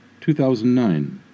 2009